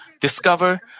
discover